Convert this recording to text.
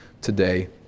today